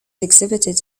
exhibited